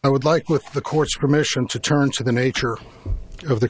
i would like with the court's permission to turn to the nature of the